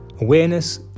awareness